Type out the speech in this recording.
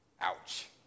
Ouch